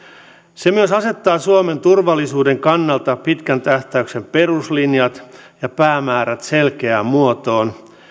se myös asettaa suomen turvallisuuden kannalta pitkän tähtäyksen peruslinjat ja päämäärät selkeään muotoon